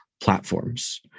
platforms